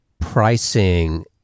pricing